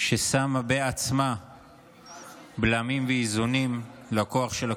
ששמה בעצמה בלמים ואיזונים לכוח של הקואליציה.